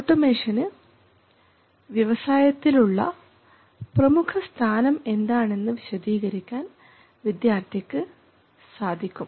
ഓട്ടോമേഷന് വ്യവസായത്തിൽ ഉള്ള പ്രമുഖസ്ഥാനം എന്താണെന്ന് വിശദീകരിക്കാൻ വിദ്യാർത്ഥിക്ക് സാധിക്കും